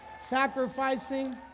sacrificing